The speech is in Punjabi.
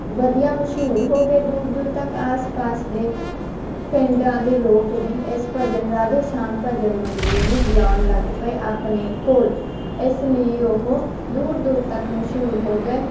ਵਧੀਆ ਮਸ਼ਹੂਰ ਹੋ ਗਏ ਦੂਰ ਦੂਰ ਤੱਕ ਆਸ ਪਾਸ ਦੇ ਪਿੰਡਾਂ ਦੇ ਲੋਕ ਵੀ ਇਸ ਭਜਨ ਰਾਧੇ ਸ਼ਾਮ ਭਜਨ ਮੰਡਲੀ ਨੂੰ ਬੁਲਾਉਣ ਲੱਗ ਪਏ ਆਪਣੇ ਕੋਲ ਇਸ ਵੀਡੀਓ ਉਹ ਦੂਰ ਦੂਰ ਤੱਕ ਮਸ਼ਹੂਰ ਹੋ ਗਏ